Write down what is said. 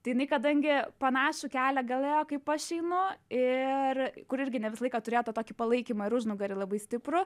tai jinai kadangi panašų kelią gal ėjo kaip aš einu ir kur irgi ne visą laiką turėjo tą tokį palaikymą ir užnugarį labai stiprų